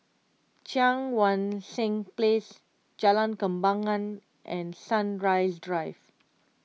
Cheang Wan Seng Place Jalan Kembangan and Sunrise Drive